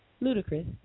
ludicrous